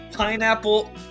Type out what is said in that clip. Pineapple